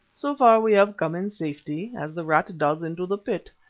so far we have come in safety, as the rat does into the pit.